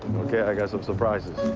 okay. i got some surprises.